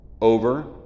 over